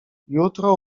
jutro